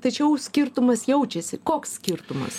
tačiau skirtumas jaučiasi koks skirtumas